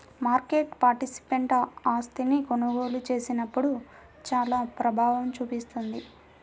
market participant ఆస్తిని కొనుగోలు చేసినప్పుడు చానా ప్రభావం చూపిస్తుంది